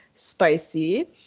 Spicy